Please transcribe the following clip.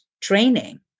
training